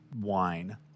wine